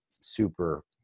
super